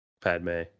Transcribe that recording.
padme